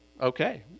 Okay